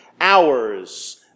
hours